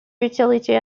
utility